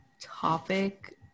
topic